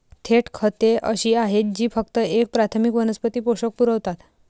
थेट खते अशी आहेत जी फक्त एक प्राथमिक वनस्पती पोषक पुरवतात